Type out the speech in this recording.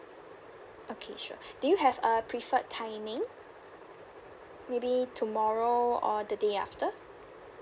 okay sure do you have a preferred timing maybe tomorrow or the day after